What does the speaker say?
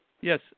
Yes